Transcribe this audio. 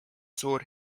suur